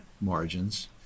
margins